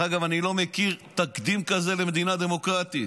דרך אגב, אני לא מכיר תקדים כזה במדינה דמוקרטית.